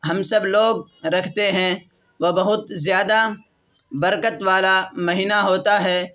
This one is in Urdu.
ہم سب لوگ رکھتے ہیں و بہت زیادہ برکت والا مہینہ ہوتا ہے